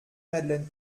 madeleine